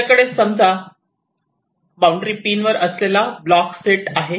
तुमच्याकडे समजा बाउंड्री वर पिन असलेला ब्लॉकचा सेट आहे